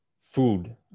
food